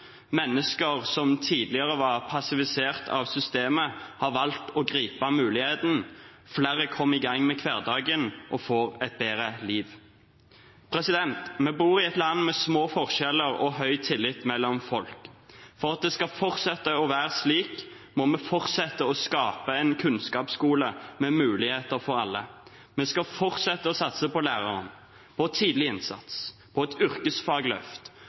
Mennesker som tidligere var passivisert av systemet, har valgt å gripe muligheten – flere kommer i gang med hverdagen og får et bedre liv. Vi bor i et land med små forskjeller og høy tillit mellom folk. For at det skal fortsette å være slik, må vi fortsette å skape en kunnskapsskole med muligheter for alle. Vi skal fortsette å satse på læreren, på tidlig innsats, på et yrkesfagløft